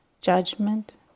judgment